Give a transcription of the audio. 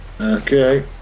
Okay